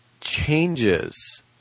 changes